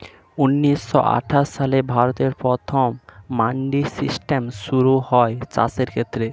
ঊন্নিশো আটাশ সালে ভারতে প্রথম মান্ডি সিস্টেম শুরু হয় চাষের ক্ষেত্রে